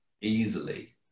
easily